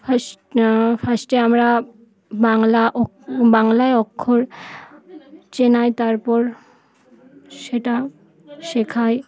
first ফার্স্টে আমরা বাংলা বাংলায় অক্ষর চেনাই তারপর সেটা শেখাই